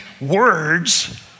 words